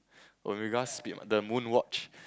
Omega speed the moon watch